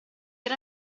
era